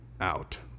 out